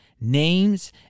names